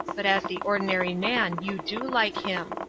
but as the ordinary man you do like him.